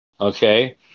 okay